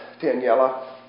Daniela